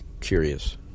curious